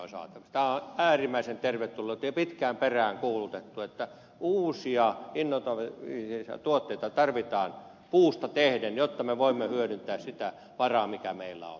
tämä on äärimmäisen tervetullutta jo pitkään peräänkuulutettua että uusia innovatiivisia tuotteita voidaan puusta tehdä jotta me voimme hyödyntää sitä varaa mikä meillä on